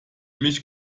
mich